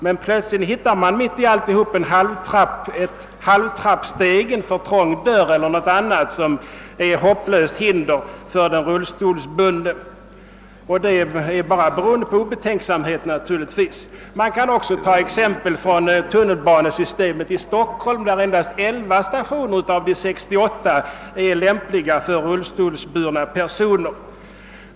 Men plötsligt kan man mitt i byggnaden finna en halvtrappa eller en för trång dörr eller något annat för den rullstolsbundne hopplöst hinder, som uppenbarligen har kommit till av ren obetänksamhet. Jag kan också ta exempel från tun nelbanan i Stockholm, där endast 11 stationer av de 68 kan utnyttjas av rullstolsburna personer.